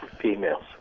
females